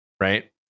right